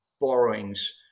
borrowings